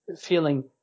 feeling